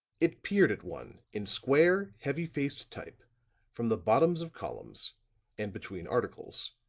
it peered at one in square, heavy-faced type from the bottoms of columns and between articles.